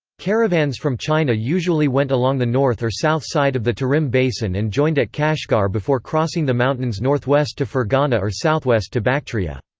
caravans from china usually went along the north or south side of the tarim basin and joined at kashgar before crossing the mountains northwest to ferghana or southwest to bactria.